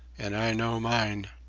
and i know mine.